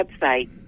website